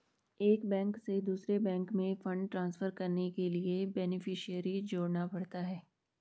एक बैंक से दूसरे बैंक में फण्ड ट्रांसफर करने के लिए बेनेफिसियरी जोड़ना पड़ता है